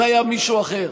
זה היה מישהו אחר.